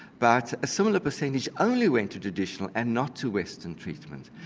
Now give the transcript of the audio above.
but a similar percentage only went to traditional and not to western treatment.